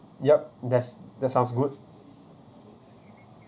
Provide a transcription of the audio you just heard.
yup that's that sounds good